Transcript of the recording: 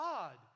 God